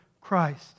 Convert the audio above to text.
Christ